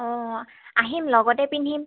অঁ আহিম লগতে পিন্ধিম